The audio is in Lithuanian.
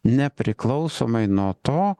nepriklausomai nuo to